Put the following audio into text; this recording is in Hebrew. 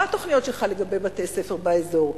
מה התוכניות שלך לגבי בתי-ספר באזור?